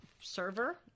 server